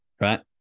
Right